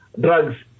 drugs